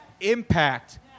impact